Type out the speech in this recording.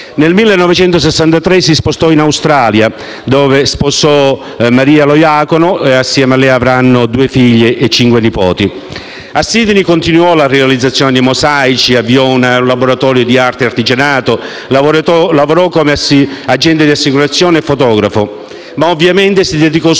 Nel 1963 si trasferì in Australia dove sposò Maria Lo Iacono. Ebbe due figlie e cinque nipoti. A Sydney continuò la realizzazione di mosaici e avviò un laboratorio di arte e artigianato. Lavorò anche come agente di assicurazioni e fotografo, ma ovviamente si dedicò subito al lavoro